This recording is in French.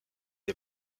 est